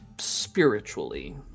spiritually